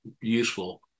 useful